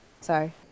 Sorry